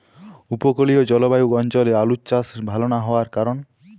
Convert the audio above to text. উপকূলীয় জলবায়ু অঞ্চলে আলুর চাষ ভাল না হওয়ার কারণ?